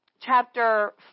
chapter